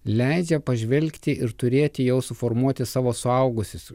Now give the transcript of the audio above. leidžia pažvelgti ir turėti jau suformuoti savo suaugusius